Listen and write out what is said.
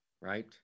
right